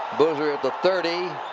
boozer at the thirty.